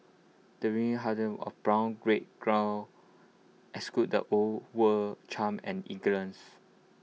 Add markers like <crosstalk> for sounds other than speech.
the <unintelligible> of brown red <unintelligible> exude the old world charm and elegance